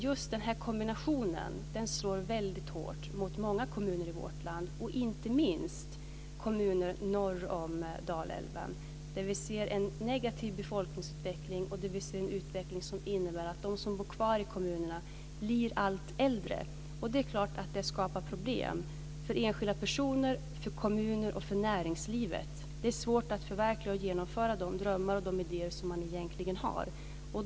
Just den kombinationen slår väldigt hårt mot många kommuner i vårt land, och inte minst mot kommuner norr om Dalälven, där vi ser en negativ befolkningsutveckling och en utveckling som innebär att de som bor kvar i dessa kommuner blir allt äldre. Det är klart att detta skapar problem för enskilda personer, för kommuner och för näringslivet. Det är svårt att förverkliga och genomföra de drömmar och de idéer som man har.